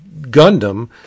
Gundam